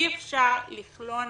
אי אפשר לכלוא אנשים,